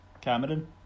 Cameron